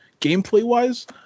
gameplay-wise